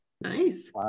Nice